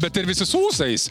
bet ir visi su ūsais